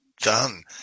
done